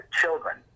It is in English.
children